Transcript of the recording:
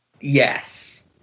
Yes